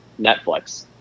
netflix